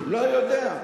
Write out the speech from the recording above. לא יודע.